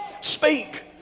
speak